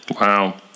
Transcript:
Wow